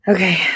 Okay